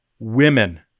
women